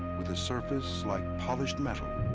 with a surface like polished metal.